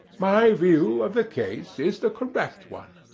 my view of the case is the correct one.